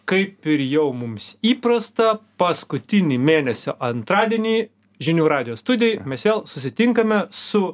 kaip ir jau mums įprasta paskutinį mėnesio antradienį žinių radijo studijoj mes vėl susitinkame su